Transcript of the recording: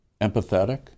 empathetic